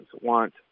want